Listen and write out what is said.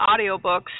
audiobooks